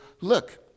look